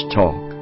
talk